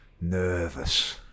nervous